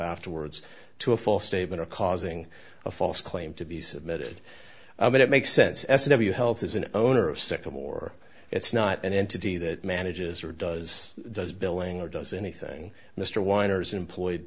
afterwards to a false statement or causing a false claim to be submitted it makes sense as if you health is an owner of sycamore it's not an entity that manages or does does billing or does anything mr winer's employed